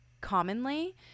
commonly